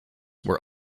were